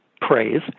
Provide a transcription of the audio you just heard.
praise